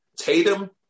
Tatum